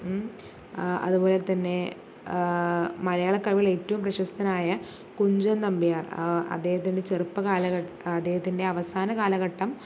അതുപോലെതന്നെ മലയാള കവികളിൽ ഏറ്റവും പ്രശസ്തനായ കുഞ്ചൻ നമ്പ്യാർ അദ്ദേഹത്തിൻ്റെ ചെറുപ്പം